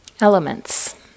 Elements